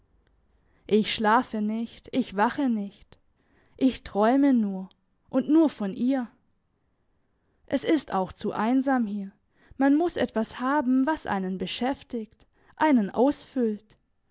ich schlafe nicht ich wache nicht ich träume nur und nur von ihr es ist auch zu einsam hier man muss etwas haben was einen beschäftigt einen ausfüllt